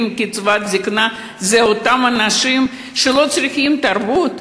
קצבת זיקנה זה אנשים שלא צריכים תרבות?